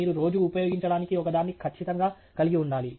మీరు రోజూ ఉపయోగించడానికి ఒకదాన్ని ఖచ్చితంగా కలిగి ఉండాలి